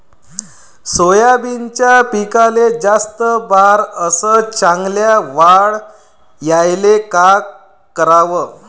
सोयाबीनच्या पिकाले जास्त बार अस चांगल्या वाढ यायले का कराव?